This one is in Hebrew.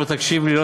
אם לא תקשיב לי,